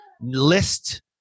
list